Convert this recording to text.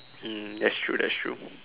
mm that's true that's true